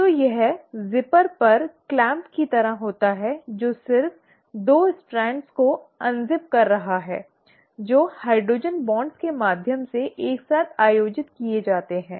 तो यह जिपर पर क्लैंप की तरह है जो सिर्फ 2 स्ट्रैंड को अनज़िप कर रहा है जो हाइड्रोजन बांड के माध्यम से एक साथ आयोजित किए जाते हैं